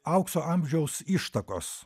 aukso amžiaus ištakos